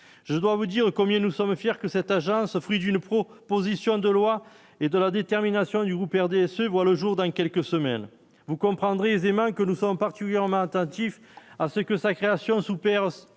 je dois vous dire combien nous sommes fiers que cette agence, fruit d'une pro position de lois et de la détermination du groupe RDSE voit le jour dans quelques semaines, vous comprendrez aisément que nous sommes particulièrement attentifs à ce que sa création sous